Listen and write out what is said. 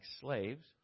slaves